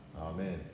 Amen